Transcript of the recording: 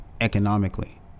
economically